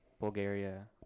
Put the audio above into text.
Bulgaria